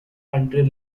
county